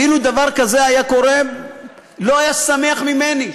ואילו דבר כזה היה קורה לא היה שמח ממני.